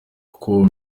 com